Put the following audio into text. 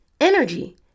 energy